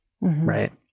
right